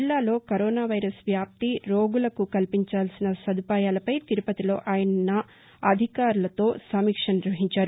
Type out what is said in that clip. జిల్లాలో corona virus వ్యాప్తి రోగులకు కల్పించాల్పిన సదుపాయాలపై తిరుపతిలో ఆయన నిన్న అధికారులతో సమీక్ష నిర్వహించారు